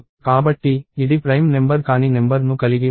కాబట్టి ఇది prime number కాని నెంబర్ ను కలిగి ఉండదు